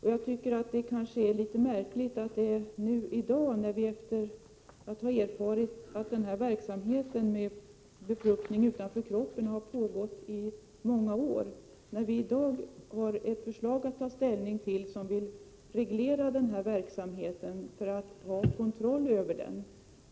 I dag har vi ett förslag att ta ställning till som vill reglera verksamheten med befruktning utanför kroppen — en verksamhet som pågått i många år — för att få kontroll över den.